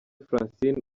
francine